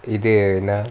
இதே நான்:ithae naan